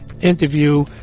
interview